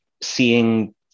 seeing